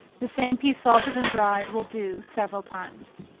the same piece salted and dried will do several times.